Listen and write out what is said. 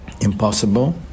impossible